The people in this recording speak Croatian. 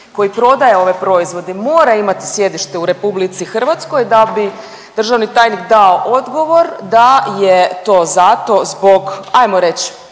koji prodaje ove proizvode mora imati sjedište u RH da bi državni tajnik dao odgovor da je to zato zbog ajmo reći